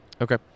Okay